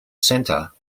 center